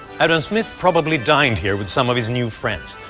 adam smith probably dined here, with some of his new friends.